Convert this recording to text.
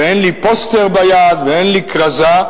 ואין לי פוסטר ביד ואין לי כרזה,